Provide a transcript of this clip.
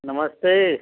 नमस्ते